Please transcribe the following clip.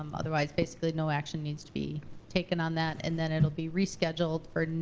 um otherwise, basically no action needs to be taken on that. and then it'll be rescheduled for